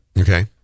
Okay